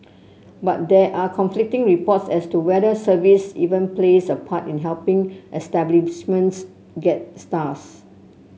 but there are conflicting reports as to whether service even plays a part in helping establishments get stars